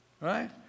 Right